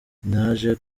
naje